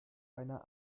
einer